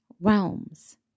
realms